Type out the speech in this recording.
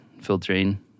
Filtering